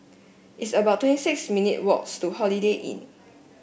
it's about twenty six minute walks to Holiday Inn